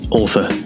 author